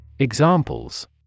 Examples